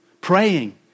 Praying